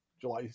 July